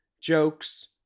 jokes